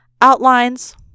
outlines